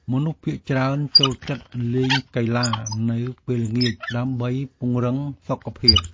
មនុស្សភាគច្រើនចូលចិត្តលេងកីឡានៅពេលល្ងាច ដើម្បីពង្រឹងសុខភាព។